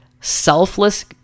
selfless